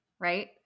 Right